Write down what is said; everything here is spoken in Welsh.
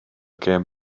gêm